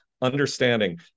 understanding